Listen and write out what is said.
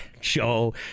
Show